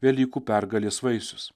velykų pergalės vaisius